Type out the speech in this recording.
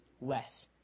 less